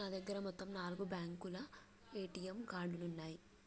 నా దగ్గర మొత్తం నాలుగు బ్యేంకుల ఏటీఎం కార్డులున్నయ్యి